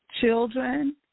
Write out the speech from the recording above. children